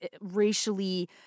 racially